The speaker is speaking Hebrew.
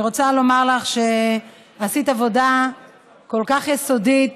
אני רוצה לומר לך שעשית עבודה כל כך יסודית